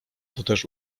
toteż